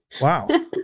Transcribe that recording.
Wow